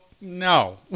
No